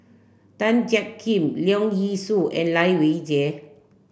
Tan Jiak Kim Leong Yee Soo and Lai Weijie